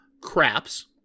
craps